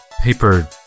paper